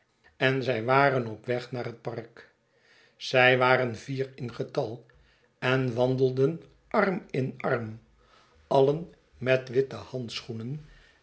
en zij waren op schetsen van boz weg naar het park zij waren vier in getal en wandelden arm in arm alien met witte handschoenen